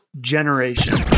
generation